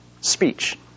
speech